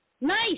Nice